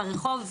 ברחוב,